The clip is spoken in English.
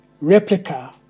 replica